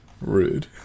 rude